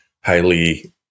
highly